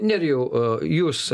nerijau a jūs